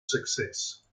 success